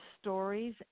stories